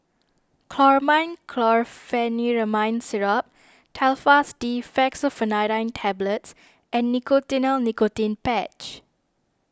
Chlormine Chlorpheniramine Syrup Telfast D Fexofenadine Tablets and Nicotinell Nicotine Patch